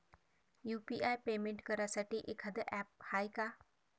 UPI payment करासाठी एखांद app हाय का?